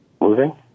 moving